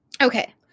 Okay